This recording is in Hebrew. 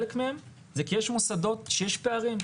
חלק מהם זה כי יש מוסדות שיש פערים.